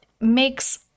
makes